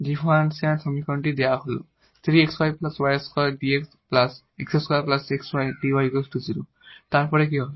differential সমীকরণ দেওয়া হল তারপর কি হবে